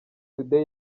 today